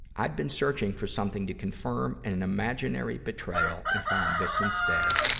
i'd been searching for something to confirm and an imaginary betrayal, and found this instead.